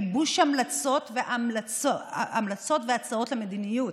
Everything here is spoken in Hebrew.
גיבוש המלצות והצעות למדיניות,